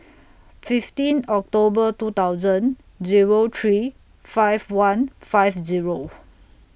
fifteen October two thousand Zero three five one five